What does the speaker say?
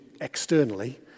externally